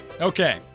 Okay